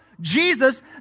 Jesus